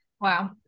wow